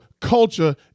culture